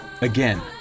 again